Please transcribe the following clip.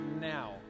now